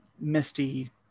misty